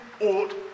ought